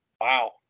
Wow